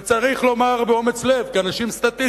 וצריך לומר באומץ לב, כאנשים סטטיסטיים,